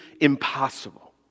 impossible